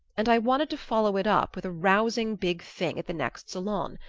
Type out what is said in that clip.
and i wanted to follow it up with a rousing big thing at the next salon.